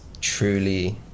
truly